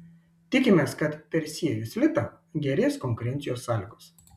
tikimės kad persiejus litą gerės konkurencijos sąlygos